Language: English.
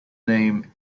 name